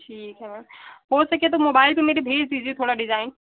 ठीक है मैम हो सके तो मोबाइल पे मेरे भेज दीजिए थोड़ा डिजाइन